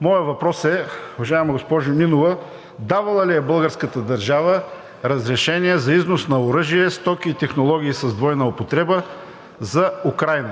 моят въпрос е: уважаема госпожо Нинова, давала ли е българската държава разрешение за износ на оръжие, стоки и технологии с двойна употреба за Украйна.